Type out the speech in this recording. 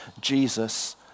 Jesus